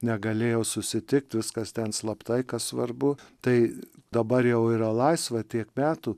negalėjo susitikti viskas ten slaptai kas svarbu tai dabar jau yra laisva tiek metų